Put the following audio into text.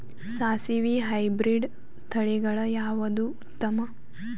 ಸಾಸಿವಿ ಹೈಬ್ರಿಡ್ ತಳಿಗಳ ಯಾವದು ಉತ್ತಮ?